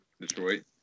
Detroit